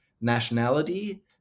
nationality